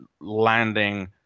landing